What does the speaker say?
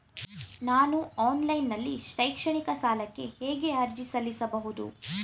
ನಾನು ಆನ್ಲೈನ್ ನಲ್ಲಿ ಶೈಕ್ಷಣಿಕ ಸಾಲಕ್ಕೆ ಹೇಗೆ ಅರ್ಜಿ ಸಲ್ಲಿಸಬಹುದು?